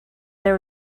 there